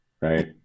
Right